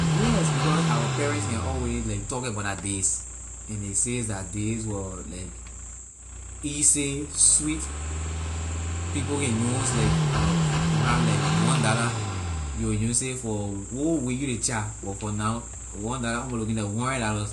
Yes because our parents can always like talk about their days and they say la day was like easy sweet people can use like we have like one dollar you will use it for whole week you ley child but for now one dollar almost looking like hundred dollar